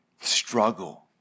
struggle